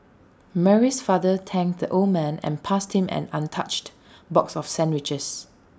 Mary's father thanked the old man and passed him an untouched box of sandwiches